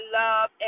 love